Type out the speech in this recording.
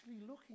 looking